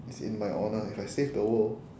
it's in my honour if I save the world